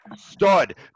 stud